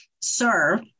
serve